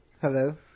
Hello